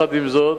עם זאת,